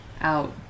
out